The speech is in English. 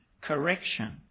correction